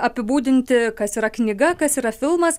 apibūdinti kas yra knyga kas yra filmas